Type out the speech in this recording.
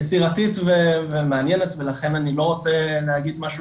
יצירתית ומעניינת ולכן אני לא רוצה להגיד משהו